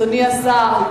אדוני השר,